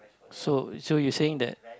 so so you saying that